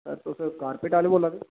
sir तुस carpet आह्ले बोला दे ओ